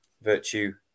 Virtue